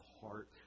heart